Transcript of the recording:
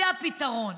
זה הפתרון.